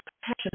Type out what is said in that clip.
passion